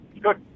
Good